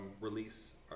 release